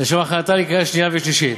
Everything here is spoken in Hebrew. לשם הכנתה לקריאה שנייה ושלישית.